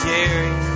Jerry